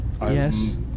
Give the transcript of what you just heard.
Yes